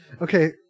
Okay